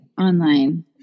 online